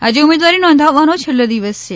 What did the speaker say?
આજે ઉમેદવારી નોધાવવાનો છેલ્લો દિવસ છે